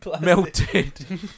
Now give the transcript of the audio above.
melted